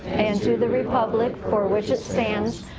and to the republic for which it stands,